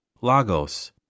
Lagos